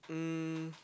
um